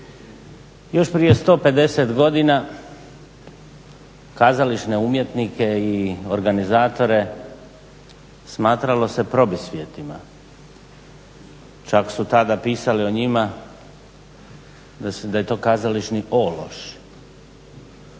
Još prije 150 godina kazališne umjetnike i organizatore smatralo se probisvijetima. Čak su tada pisali o njima da je to kazališni ološ.